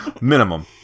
minimum